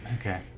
Okay